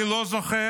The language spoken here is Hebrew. אני לא זוכר